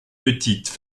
petites